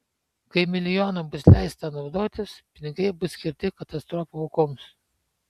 kai milijonu bus leista naudotis pinigai bus skirti katastrofų aukoms